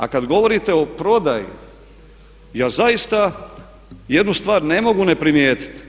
A kad govorite o prodaji, ja zaista jednu stvar ne mogu ne primijetiti.